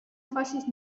faces